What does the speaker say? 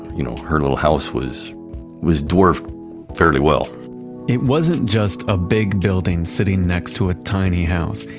you know, her little house was was dwarfed fairly well it wasn't just a big building sitting next to a tiny house.